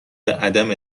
عدم